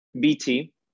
BT